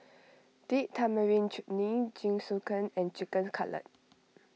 Date Tamarind Chutney Jingisukan and Chicken Cutlet